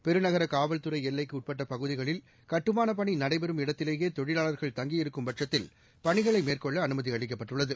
பெருநகரகாவல்துறைஎல்லைக்குஉட்பட்டபகுதிகளில் கட்டுமானபணிநடைபெறும் இடத்திலேயேதொழிலாளர்கள் இருக்கும் தங்கி பட்சத்தில் பணிகளைமேற்கொள்ளஅனுமதிஅளிக்கப்பட்டுள்ளது